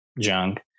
junk